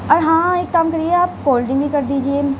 اور ہاں ایک کام کریے آپ کولڈ ڈرنگ بھی کر دیجیے